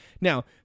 Now